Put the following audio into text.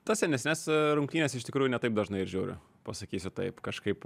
tas senesnes rungtynes iš tikrųjų ne taip dažnai ir žiauriu pasakysiu taip kažkaip